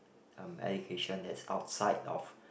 um education that's outside of